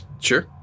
sure